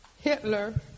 Hitler